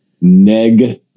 neg